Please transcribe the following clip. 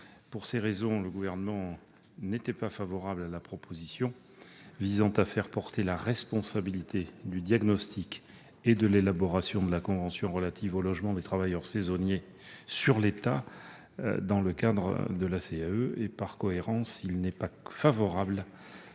Pour ces raisons, le Gouvernement n'était pas favorable à la proposition visant à faire porter la responsabilité du diagnostic et de l'élaboration de la Convention relative au logement des travailleurs saisonniers sur l'État, dans le cadre de la